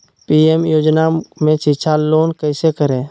PM योजना में शिक्षा लोन कैसे करें?